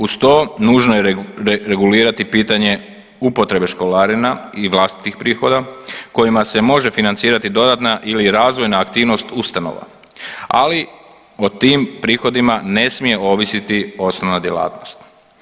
Uz to nužno je regulirati pitanje upotrebe školarina i vlastitih prihoda kojima se može financirati dodatna ili razvojna aktivnost ustanova, ali o tim prihodima ne smije ovisiti osnovna djelatnost.